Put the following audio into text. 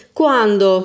quando